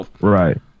Right